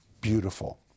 beautiful